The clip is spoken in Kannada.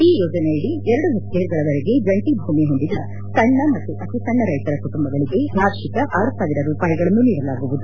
ಈ ಯೋಜನೆಯಡಿ ಎರಡು ಹೆಕ್ವೇರ್ಗಳವರೆಗೆ ಜಂಟಿ ಭೂಮಿ ಹೊಂದಿದ ಸಣ್ಣ ಮತ್ತು ಅತಿ ಸಣ್ಣ ರೈತರ ಕುಟುಂಬಗಳಿಗೆ ವಾರ್ಷಿಕ ಆರು ಸಾವಿರ ರೂಪಾಯಿಗಳನ್ನು ನೀಡಲಾಗುವುದು